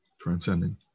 transcending